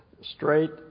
Straight